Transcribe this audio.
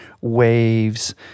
waves